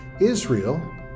Israel